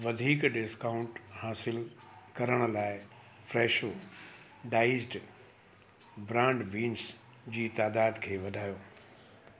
वधीक डिस्काऊंट हासिलु करण लाइ फ़्रेशो डाइज़्ड ब्रांड बीन्स जी तादाद खे वधायो